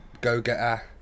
go-getter